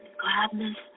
gladness